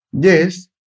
Yes